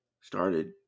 started